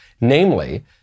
namely